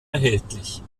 erhältlich